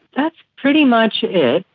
that's pretty much it.